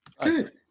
good